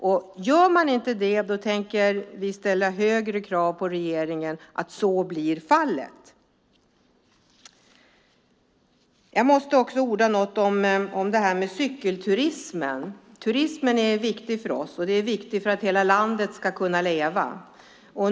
Om ingenting görs tänker vi ställa högre krav på regeringen för att så ska bli fallet. Jag måste också säga några ord om cykelturismen. Turismen är viktig för oss. Den är viktig för att hela landet ska kunna leva.